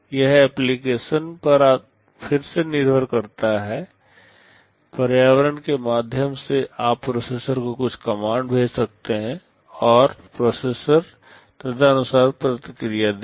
यह एप्लीकेशन पर फिर से निर्भर करता है पर्यावरण के माध्यम से आप प्रोसेसर को कुछ कमांड भेज सकते हैं और प्रोसेसर तदनुसार प्रतिक्रिया देगा